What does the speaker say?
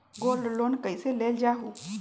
Gold loan कईसे लेल जाहु?